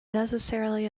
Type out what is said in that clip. necessarily